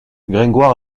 gringoire